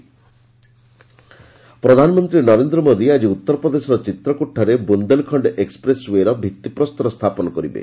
PM Chitrakoot ପ୍ରଧାନମନ୍ତ୍ରୀ ନରେନ୍ଦ୍ର ମୋଦୀ ଆଜି ଉତ୍ତରପ୍ରଦେଶର ଚିତ୍ରକୁଟଠାରେ ବୁନ୍ଦେଲଖଣ୍ଡ ଏକ୍ଟପ୍ରେସ୍ ଓ୍ୱେ ର ଭିତ୍ତି ପ୍ରସ୍ତର ସ୍ଥାପନ କରିବେ